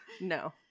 no